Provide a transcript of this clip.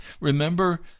Remember